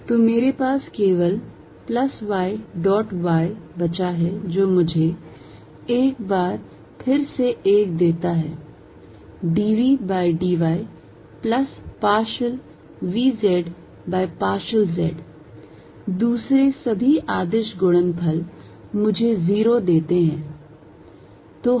तो मेरे पास केवल plus y dot y बचा है जो मुझे एक बार फिर से एक देता है d v by d y plus partial v z by partial z दूसरे सभी अदिश गुणनफल मुझे 0 देते हैं